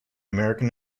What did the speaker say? american